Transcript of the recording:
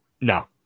no